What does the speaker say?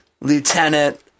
lieutenant